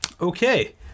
okay